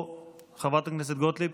חברת הכנסת גוטליב?